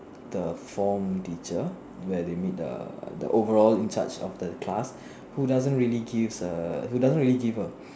the form teacher where they meet the the overall in charge of the class who doesn't really give a who doesn't really give a